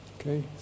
okay